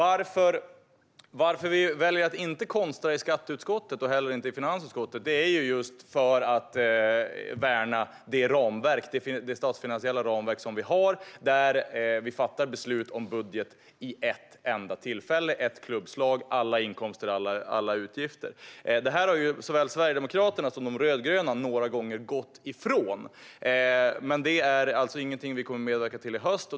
Anledningen till att vi väljer att inte konstra i skatteutskottet och inte heller i finansutskottet är att vi vill värna det statsfinansiella ramverk som vi har, där vi fattar beslut om budget vid ett enda tillfälle och genom ett klubbslag - alla inkomster och alla utgifter. Detta har såväl Sverigedemokraterna som de rödgröna några gånger gått ifrån, men det är ingenting vi kommer att medverka till i höst.